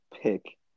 pick